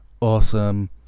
awesome